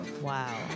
Wow